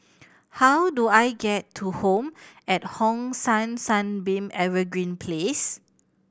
how do I get to Home at Hong San Sunbeam Evergreen Place